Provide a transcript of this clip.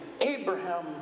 Abraham